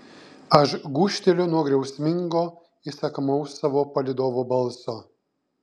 aš gūžteliu nuo griausmingo įsakmaus savo palydovo balso